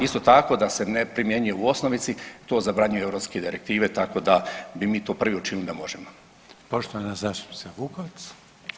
Isto tako da se ne primjenjuje u osnovici to zabranjuju europske direktive, tako da bi mi to prvi učinili da možemo.